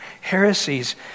heresies